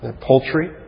poultry